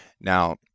Now